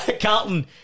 Carlton